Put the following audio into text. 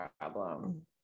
problem